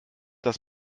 das